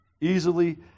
easily